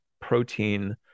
protein